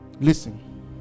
Listen